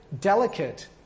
delicate